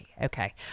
Okay